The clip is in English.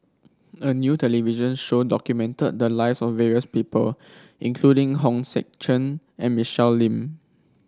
a new television show documented the lives of various people including Hong Sek Chern and Michelle Lim